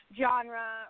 genre